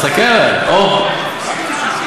תסתכל עלי.